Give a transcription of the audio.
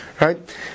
Right